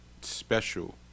special